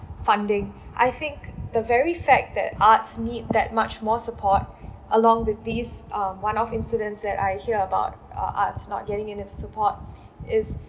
funding I think the very fact that arts need that much more support along with these um one of incidents that I hear about uh arts not getting enough support is